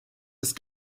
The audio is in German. ist